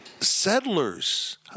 settlers